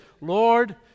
Lord